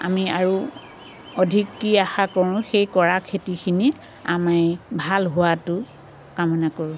আমি আৰু অধিক কি আশা কৰোঁ সেই কৰা খেতিখিনি আমি ভাল হোৱাটো কামনা কৰোঁ